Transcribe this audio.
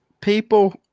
People